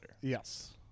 Yes